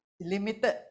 limited